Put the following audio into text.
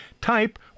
Type